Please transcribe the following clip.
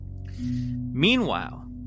Meanwhile